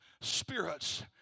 spirits